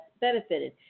benefited